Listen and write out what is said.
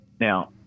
Now